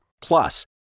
Plus